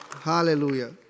Hallelujah